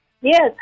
Yes